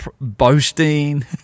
boasting